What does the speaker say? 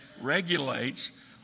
regulates